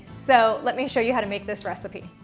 so let me show you how to make this recipe.